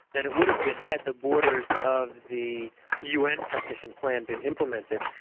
than it would have been had the borders of the un partition plan been implemented.